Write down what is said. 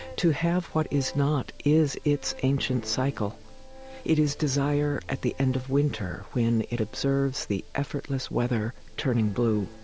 to have what is not is its ancient cycle it is desire at the end of winter, when it observes the effortless weather turning blue,